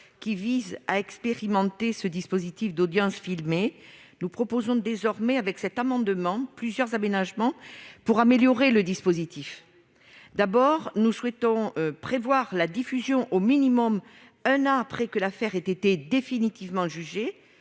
69 visant à expérimenter ce dispositif d'audiences filmées, nous proposons cet amendement plusieurs aménagements pour améliorer le dispositif. D'abord, nous souhaitons prévoir la diffusion des enregistrements au minimum un an après que l'affaire a été définitivement jugée,